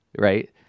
right